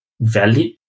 valid